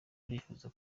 barifuza